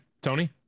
Tony